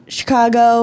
Chicago